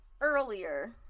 earlier